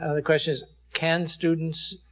ah the question is can students